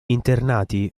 internati